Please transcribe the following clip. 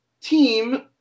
team